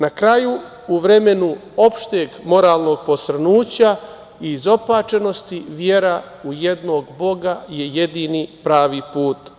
Na kraju, u vremenu opšteg moralnog posrnuća i izopačenosti vera u jednog Boga je jedini pravi put.